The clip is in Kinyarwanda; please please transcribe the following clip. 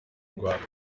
rwanda